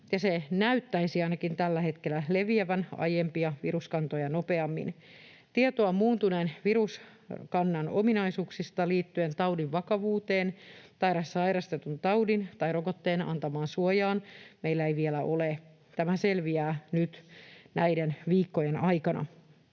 se näyttäisi ainakin tällä hetkellä leviävän aiempia viruskantoja nopeammin. Tietoa muuntuneen viruskannan ominaisuuksista liittyen taudin vakavuuteen tai sairastetun taudin tai rokotteen antamaan suojaan meillä ei vielä ole. Tämä selviää nyt näiden viikkojen aikana.